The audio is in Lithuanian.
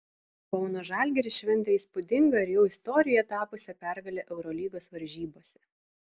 kauno žalgiris šventė įspūdingą ir jau istorija tapusią pergalę eurolygos varžybose